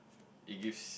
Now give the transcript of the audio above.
it gives